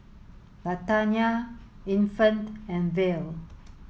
Latanya Infant and Val